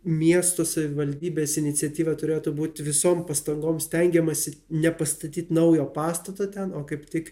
miesto savivaldybės iniciatyva turėtų būt visom pastangom stengiamasi nepastatyt naujo pastato ten kaip tik